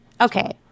Okay